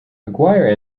mcguire